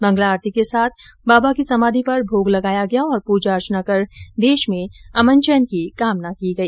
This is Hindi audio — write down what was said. मंगला आरती के साथ बाबा की समाधि पर भोग लगाया गया और पूजा अर्चना कर देश में अमन चैन की कामना की गई